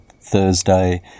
Thursday